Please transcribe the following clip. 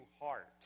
heart